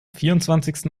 vierundzwanzigsten